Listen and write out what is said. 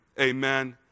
amen